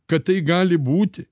kad tai gali būti